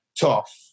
tough